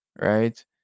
right